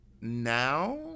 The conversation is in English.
now